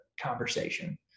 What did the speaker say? conversation